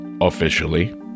Officially